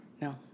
No